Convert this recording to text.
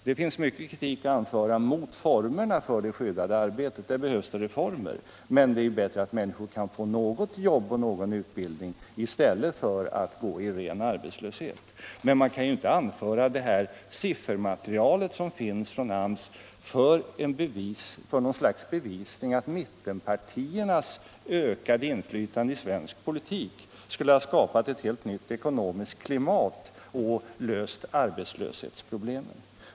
Det finns mycken kritik att anföra mot formerna för det skyddade arbetet — där behövs det reformer. Men det är bättre att människor kan få något jobb än att de skall gå i ren arbetslöshet. Man kan emellertid inte anföra dessa siffermaterial från AMS som något slags bevis för att mittenpartiernas ökade inflytande i svensk politik skulle ha skapat ett helt nytt ekonomiskt klimat och löst arbetslöshetsproblemen.